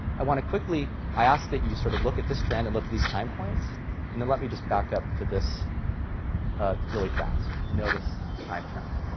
i want to quickly, i ask that you sort of look at this trend and look at these time points and then let me just back up to this ah really fast and notice this time trend